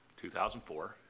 2004